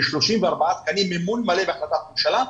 כ-34 תקנים במימון מלא בהחלטת הממשלה.